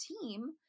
team